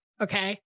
Okay